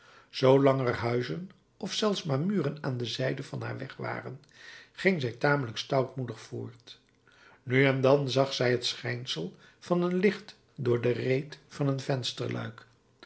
zoolang er huizen of zelfs maar muren aan de zijden van haar weg waren ging zij tamelijk stoutmoedig voort nu en dan zag zij het schijnsel van een licht door de reet van een